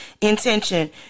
intention